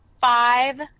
Five